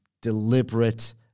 deliberate